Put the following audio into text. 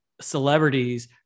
celebrities